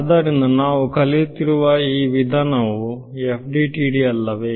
ಆದ್ದರಿಂದ ನಾವು ಕಲಿಯುತ್ತಿರುವ ಈ ವಿಧಾನವು FDTD ಅಲ್ಲವೇ